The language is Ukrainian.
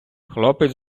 хлопець